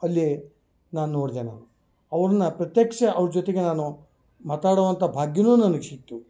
ಅಲ್ಲಿ ನಾನು ನೋಡಿದೆ ನಾನು ಅವ್ರನ್ನ ಪ್ರತ್ಯಕ್ಷ ಅವ್ರ ಜೊತೆಗೆ ನಾನು ಮಾತಾಡುವಂಥ ಭಾಗ್ಯವೂ ನನ್ಗೆ ಸಿಕ್ತು